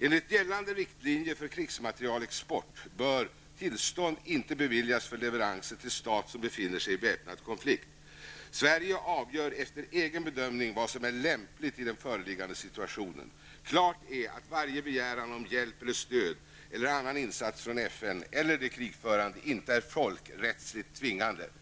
Enligt gällande riktlinjer för krigsmaterielexport bör tillstånd inte beviljas för leveranser till stat som befinner sig i väpnad konflikt. Sverige avgör efter egen bedömning vad som är lämpligt i den föreliggande situationen. Klart är att varje begäran om hjälp, stöd eller annan insats från FN eller de krigförande inte är folkrättsligt tvingande.